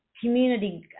community